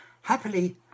Happily